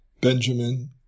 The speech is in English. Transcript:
Benjamin